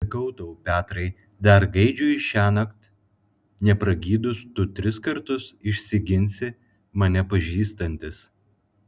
sakau tau petrai dar gaidžiui šiąnakt nepragydus tu tris kartus išsiginsi mane pažįstantis